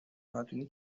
نادونی